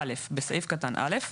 (א)בסעיף קטן (א),